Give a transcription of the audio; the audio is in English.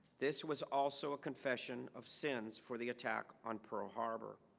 this was also a confession of sins for the attack on pearl harbor